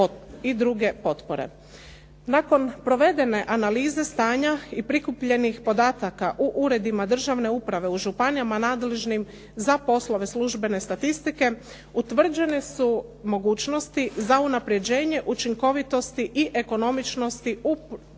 Nakon provedene analize stanja i prikupljenih podataka u uredima državne uprave u županijama nadležnim za poslove službene statistike, utvrđene su mogućnosti za unapređenje učinkovitosti i ekonomičnosti u